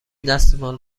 دستمال